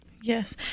Yes